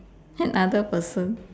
another person